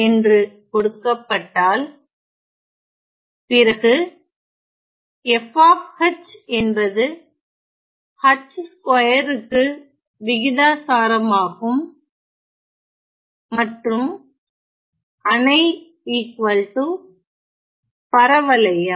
என்று கொடுக்கப்பட்டால் பிறகு f என்பது h2 க்கு விகிதாசாரமாகும் மற்றும் அணை பரவலயம்